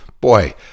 Boy